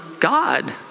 God